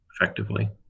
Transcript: effectively